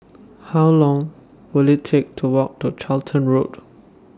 How Long Will IT Take to Walk to Charlton Road